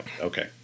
Okay